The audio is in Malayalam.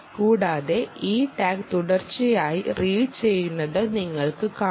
കൂടാതെ ഈ ടാഗ് തുടർച്ചയായി റീഡ് ചെയ്യുന്നത് നിങ്ങൾക്ക് കാണാം